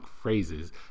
phrases